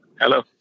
Hello